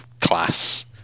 class